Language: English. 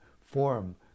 form